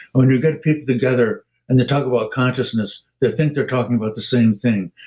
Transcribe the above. when you get people together and they talk about consciousness, they think they're talking about the same thing,